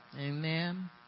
Amen